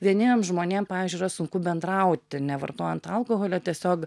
vieniem žmonėm pavyzdžiui yra sunku bendrauti nevartojant alkoholio tiesiog